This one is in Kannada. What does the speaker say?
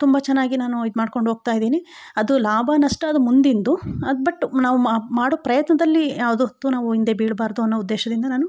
ತುಂಬ ಚೆನ್ನಾಗಿ ನಾನು ಇದು ಮಾಡ್ಕೊಂಡು ಹೋಗ್ತಾ ಇದ್ದೀನಿ ಅದು ಲಾಭ ನಷ್ಟ ಅದು ಮುಂದಿಂದು ಅಡು ಬಟ್ ನಾವು ಮಾಡೋ ಪ್ರಯತ್ನದಲ್ಲಿ ಯಾವುದು ಹೊತ್ತು ನಾವು ಹಿಂದೆ ಬೀಳಬಾರ್ದು ಅನ್ನೋ ಉದ್ದೇಶದಿಂದ ನಾನು